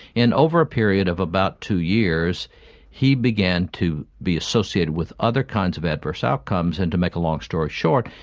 and over a period of about two years he began to be associated with other kinds of adverse outcomes and, to make a long story short,